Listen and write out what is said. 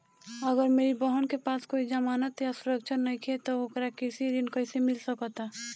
अगर मेरी बहन के पास कोई जमानत या सुरक्षा नईखे त ओकरा कृषि ऋण कईसे मिल सकता?